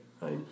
Right